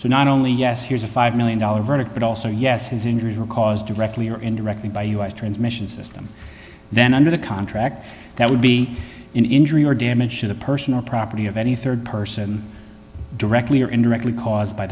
so not only yes here's a five million dollars verdict but also yes his injuries were caused directly or indirectly by us transmission system then under the contract that would be an injury or damage to the person or property of any rd person directly or indirectly caused by